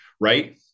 right